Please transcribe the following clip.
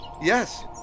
yes